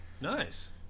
Nice